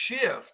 shift